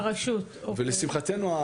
לשמחתנו,